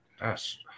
Yes